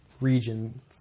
region